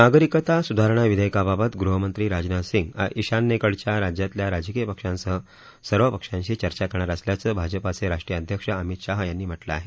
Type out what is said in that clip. नागरिकता सुधारणा विधेयकाबाबत गृहमंत्री राजनाथ सिंग ईशान्येकडच्या राज्यातल्या राजकीय पक्षांसह सर्व पक्षांशी चर्चा करणार असल्याचं भाजपाचे राष्ट्रीय अध्यक्ष अमित शहा यांनी म्हटलं आहे